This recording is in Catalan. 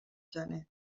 gener